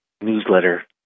newsletter